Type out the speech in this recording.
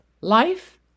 life